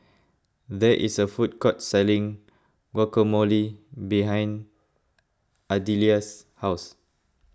there is a food court selling Guacamole behind Adelia's house